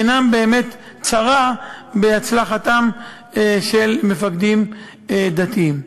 עינם באמת צרה בהצלחתם של מפקדים דתיים.